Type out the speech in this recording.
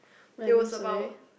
pardon sorry